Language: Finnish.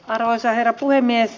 arvoisa herra puhemies